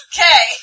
Okay